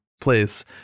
place